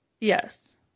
Yes